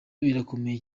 birakomeye